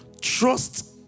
Trust